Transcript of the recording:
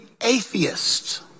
atheists